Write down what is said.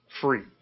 free